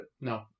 No